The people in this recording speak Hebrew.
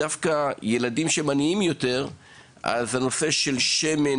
דווקא ילדים שהם עניים יותר הם יותר שמנים.